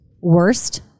worst